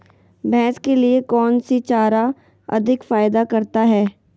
भैंस के लिए कौन सी चारा अधिक फायदा करता है?